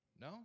No